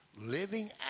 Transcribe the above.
Living